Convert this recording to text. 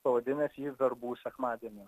pavadinęs jį verbų sekmadieniu